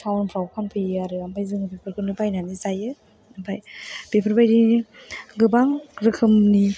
थावनफ्राव फानफैयो आरो ओमफ्राय जों बेफोरखौनो बायनानै जायो ओमफ्राय बेफोरबायदि गोबां रोखोमनि